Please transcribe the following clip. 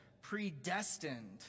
predestined